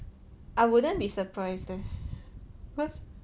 I wouldn't be surprised leh